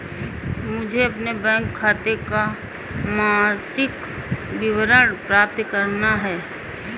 मुझे अपने बैंक खाते का मासिक विवरण प्राप्त करना है?